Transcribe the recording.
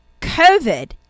COVID